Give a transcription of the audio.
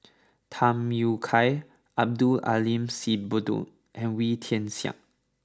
Tham Yui Kai Abdul Aleem Siddique and Wee Tian Siak